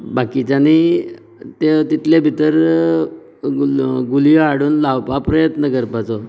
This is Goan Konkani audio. बाकीच्यांनी तें तितले भितर घुलयो हाडून लावपा प्रयत्न करपाचो